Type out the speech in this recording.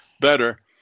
better